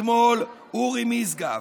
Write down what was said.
אתמול אורי משגב.